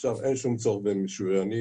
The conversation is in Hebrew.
אין שום צורך במשוריינים.